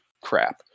crap